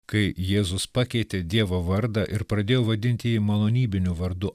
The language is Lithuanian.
kai jėzus pakeitė dievo vardą ir pradėjo vadinti jį malonybiniu vardu